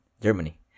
Germany